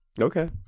Okay